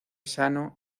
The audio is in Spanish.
sano